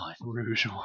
Rouge